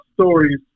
stories